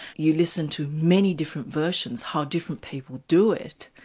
you listen to many different versions, how different people do it.